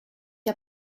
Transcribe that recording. den